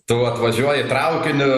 tu atvažiuoji traukiniu